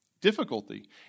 difficulty